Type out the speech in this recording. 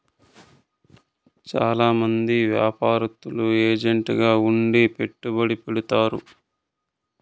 చాలా మంది యాపారత్తులు ఏజెంట్ గా ఉండి పెట్టుబడి పెడతారు